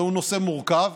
זהו נושא מורכב